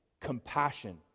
Compassion